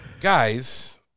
guys